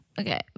Okay